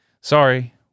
sorry